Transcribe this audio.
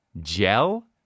Gel